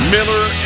Miller